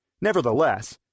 Nevertheless